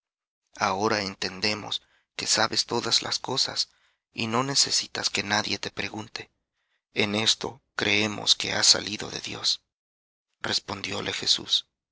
ahora entendemos que sabes todas las cosas y no necesitas que nadie te pregunte en esto creemos que has salido de dios respondióles jesús